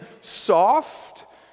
soft